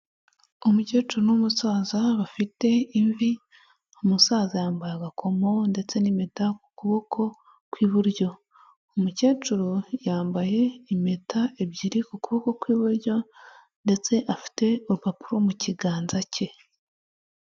Umukecuru n'umusaza bafite imvi, umusaza yambaye agakomo ndetse n'impeta ku kuboko kw'iburyo, umukecuru yambaye impeta ebyiri ku kuboko kw'iburyo ndetse afite urupapuro mu kiganza cye.